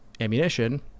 ammunition